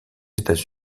états